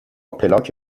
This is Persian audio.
پلاک